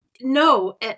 No